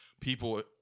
people